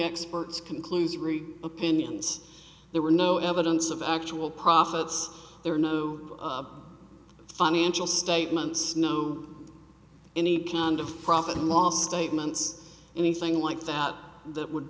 experts conclusion opinions there were no evidence of actual profits there are no financial statements no any kind of profit or loss statements anything like that that would